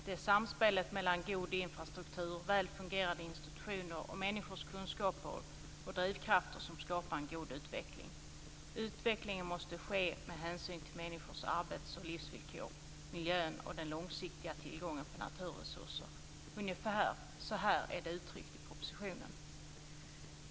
Det är samspelet mellan god infrastruktur, väl fungerande institutioner och människors kunskaper och drivkrafter som skapar en god utveckling. Utvecklingen måste ske med hänsyn till människors arbets och livsvillkor, miljön och den långsiktiga tillgången på naturresurser. Ungefär så är det uttryckt i propositionen.